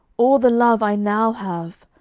all the love i now have,